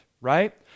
right